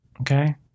okay